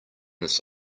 this